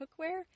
cookware